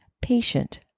patient